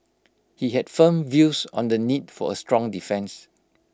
he had firm views on the need for A strong defence